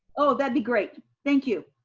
oh, that'd be great. thank you.